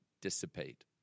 dissipate